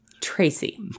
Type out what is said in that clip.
tracy